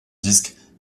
disques